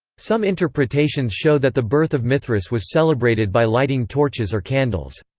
some interpretations show that the birth of mithras was celebrated by lighting torches or candles.